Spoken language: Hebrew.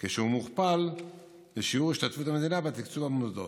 כשהוא מוכפל בשיעור השתתפות המדינה בתקצוב המוסדות,